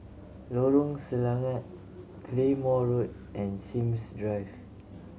Lorong Selangat Claymore Road and Sims Drive